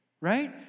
right